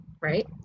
right